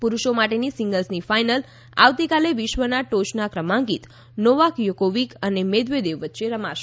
પુરૂષો માટેની સીંગલ્સની ફાઇનલ આવતીકાલે વિશ્વના ટોચના ક્રમાંકિત નોવાક યોકોવિક અને મેદવેદેવ વચ્ચે રમાશે